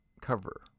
cover